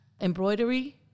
embroidery